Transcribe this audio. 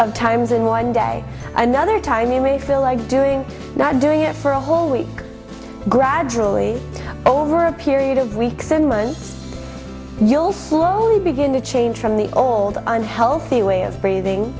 of times in one day another time you may feel like doing not doing it for a whole week gradually over a period of weeks and months you'll slowly begin to change from the old unhealthy way of breathing